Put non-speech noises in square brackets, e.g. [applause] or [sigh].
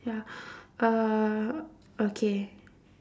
ya [breath] uh okay